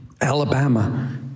Alabama